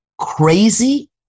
crazy